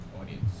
audience